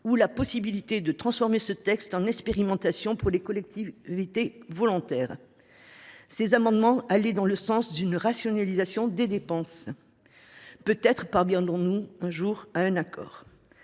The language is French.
sur la possibilité de transformer notre proposition en une expérimentation pour les collectivités volontaires. Ces amendements allaient pourtant dans le sens d’une rationalisation des dépenses. Peut être parviendrons nous un jour à un accord ?